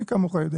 מי כמוך יודע.